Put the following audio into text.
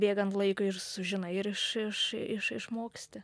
bėgant laikui ir sužinai ir iš iš iš išmoksti